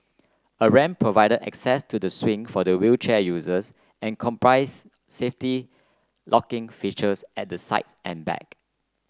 a ramp provided access to the swing for the wheelchair users and comprises safety locking features at the sides and back